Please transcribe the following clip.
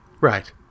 Right